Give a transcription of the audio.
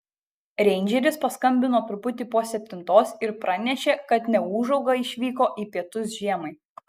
reindžeris paskambino truputį po septintos ir pranešė kad neūžauga išvyko į pietus žiemai